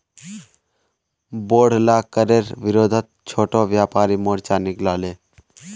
बोढ़ला करेर विरोधत छोटो व्यापारी मोर्चा निकला ले